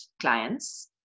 clients